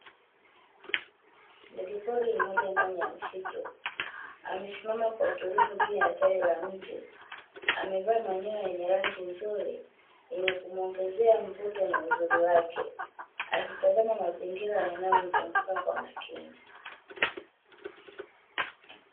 Ndege pori mmoja ndani ya msitu, amesimama kwa utulivu juu ya tawi la mti, amevaa manyoya yenye rangi nzuri yenye kumwongezea mvuto na uzuri wake, akitazama mazingira yanayomzunguka kwa makini.